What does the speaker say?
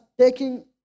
taking